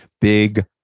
Big